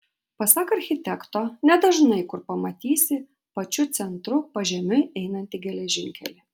pasak architekto nedažnai kur pamatysi pačiu centru pažemiui einantį geležinkelį